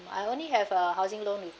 I only have a housing loan with